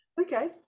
okay